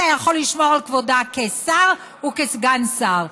אתה יכול לשמור על כבודה כשר וכסגן שר.